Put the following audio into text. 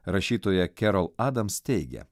rašytoja kerol adams teigia